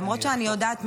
למרות שאני יודעת,